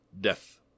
death